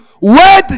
wait